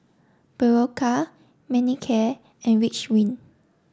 Berocca Manicare and Ridwind